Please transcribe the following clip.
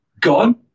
gone